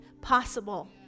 possible